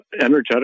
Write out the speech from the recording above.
energetic